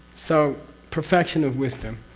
so, perfection of wisdom,